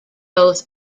both